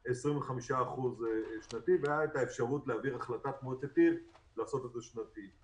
25% שנתי והייתה אפשרות להעביר החלטת מועצת עיר לעשות את זה שנתי.